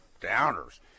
downers